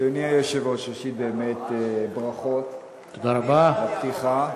אדוני היושב-ראש, ראשית, באמת ברכות, בפתיחה.